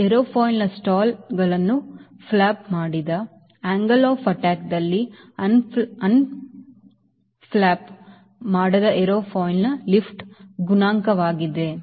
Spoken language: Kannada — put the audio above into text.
ಇದು ಏರೋಫಾಯಿಲ್ ಸ್ಟಾಲ್ಗಳನ್ನು ಫ್ಲಾಪ್ ಮಾಡಿದ angle of attackದಲ್ಲಿ ಅನ್ಫ್ಲಾಪ್ ಮಾಡದ ಏರೋಫಾಯಿಲ್ನ ಲಿಫ್ಟ್ ಗುಣಾಂಕವಾಗಿದೆ